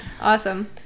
awesome